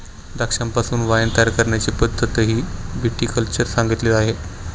द्राक्षांपासून वाइन तयार करण्याची पद्धतही विटी कल्चर सांगितली आहे